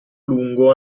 lungo